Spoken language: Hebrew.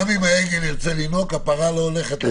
אם העגל ירצה לינוק הפרה לא הולכת לתת לו לינוק.